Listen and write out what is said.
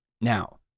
Now